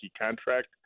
contract